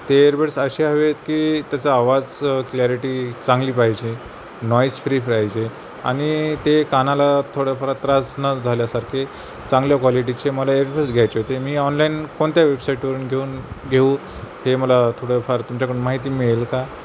ते एयरबड्स असे हवे की त्याचा आवाज क्लॅरिटी चांगली पाहिजे नॉईस फ्री पाहिजे आणि ते कानाला थोड्याफार त्रास न झाल्यासारखे चांगल्या क्वालिटीचे मला एअरबड्स घ्यायचे होते मी ऑनलाईन कोणत्या वेबसाईटवरून घेऊन घेऊ हे मला थोडंफार तुमच्याकडून माहिती मिळेल का